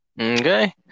Okay